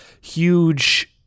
huge